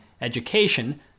education